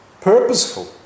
purposeful